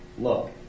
Look